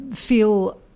Feel